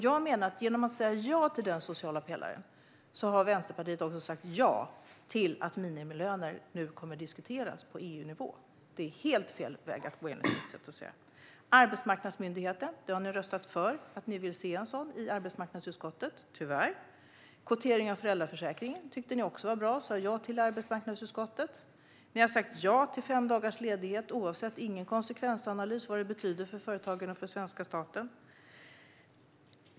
Jag menar att genom att säga ja till den sociala pelaren har Vänsterpartiet också sagt ja till att minimilöner nu kommer att diskuteras på EU-nivå, och det är helt fel väg att gå enligt mitt sätt att se det. Ni vill se en arbetsmarknadsmyndighet och har tyvärr röstat för en sådan i arbetsmarknadsutskottet. Kvotering av föräldraförsäkringen tyckte ni också var bra och sa ja till i arbetsmarknadsutskottet. Ni har sagt ja till fem dagars ledighet för vård av anhörig utan någon konsekvensanalys av vad det betyder för företagen och svenska staten.